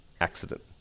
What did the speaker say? accident